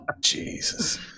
Jesus